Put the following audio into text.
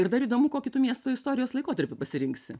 ir dar įdomu kokį tu miesto istorijos laikotarpį pasirinksi